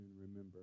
remember